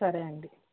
సరే అండి